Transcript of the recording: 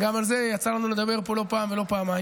גם על זה יצא לנו לדבר פה לא פעם ולא פעמיים.